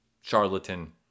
Charlatan